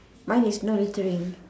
mine is no littering